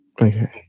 Okay